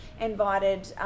invited